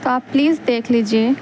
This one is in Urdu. آپ پلیز دیکھ لیجیے